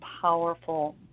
powerful